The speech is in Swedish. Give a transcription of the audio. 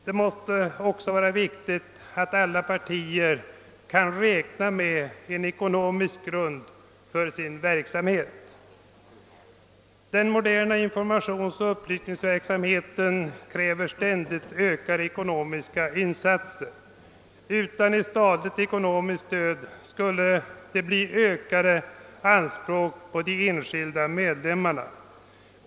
Det måste också vara väsentligt att alla partier kan räkna med en ekonomisk grund för sin verksamhet. Den moderna informationsoch upplysningsverksamheten kräver ständigt ökade ekonomiska insatser. Utan ett statligt ekonomiskt stöd skulle det ställas ökade anspråk på de enskilda medlemmarna.